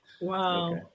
Wow